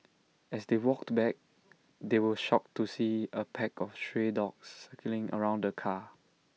as they walked back they were shocked to see A pack of stray dogs circling around the car